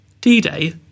D-Day